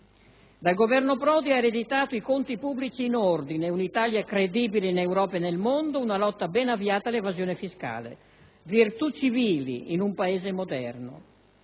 Dal Governo Prodi ha ereditato i conti pubblici in ordine, un'Italia credibile in Europa e nel mondo, una lotta ben avviata all'evasione fiscale: virtù civili in un Paese moderno.